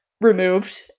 removed